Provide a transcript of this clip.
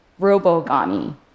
robogami